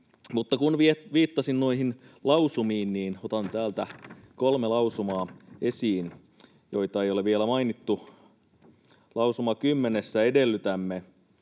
Mutta kun viittasin noihin lausumiin, niin otan täältä esiin kolme lausumaa, joita ei ole vielä mainittu. Lausuma 10:ssä edellytämme,